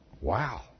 Wow